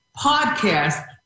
podcast